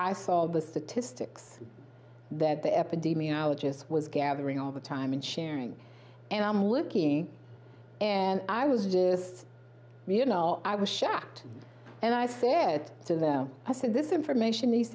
i saw the statistics that the epidemiologists was gathering all the time and sharing and i'm looking and i was just i was shocked and i said to them i said this information needs